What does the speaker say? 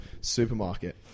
supermarket